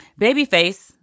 Babyface